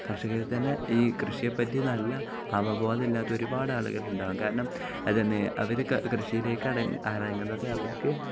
കർഷകരില്ത്തന്നെ ഈ കൃഷിയെപ്പറ്റി നല്ല അവബോധമില്ലാത്ത ഒരുപാട് ആളുകളുണ്ടാവും കാരണം അതുതന്നെ അവര് കൃഷിയിലേക്ക് ഇറങ്ങുന്നത് അവര്ക്ക്